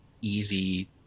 easy